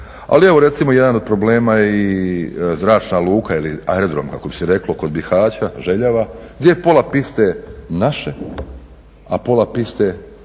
ali evo recimo jedan od problema je i zračna luka ili aerodrom kako bi se reklo kod Bihaća, Željava, gdje je pola piste naše a pola piste